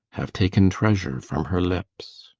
have taken treasure from her lips